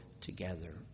together